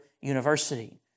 University